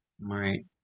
Right